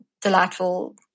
delightful